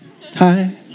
Hi